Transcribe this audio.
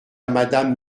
madame